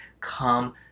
Come